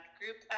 group